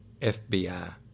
FBI